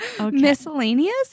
Miscellaneous